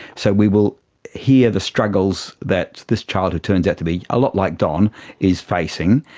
so we will hear the struggles that this child who turns out to be a lot like don is facing.